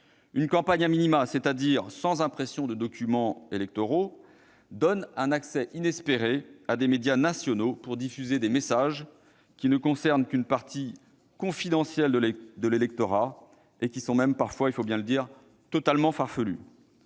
une campagne, c'est-à-dire sans impression de documents électoraux, donne un accès inespéré à des médias nationaux pour diffuser des messages qui ne concernent qu'une partie confidentielle de l'électorat et qui sont même parfois, il faut bien le dire, totalement farfelus.